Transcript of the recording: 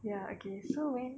ya okay so when